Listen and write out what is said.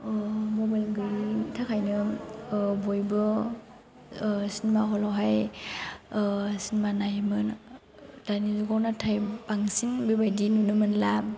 mobile गैयिनि थाखायनो बयबो सिनिमा हलाव हाय सिनिमा नायोमोन दानि जुगाव नाथाय बांसिन बेबायदि नुनो मोनला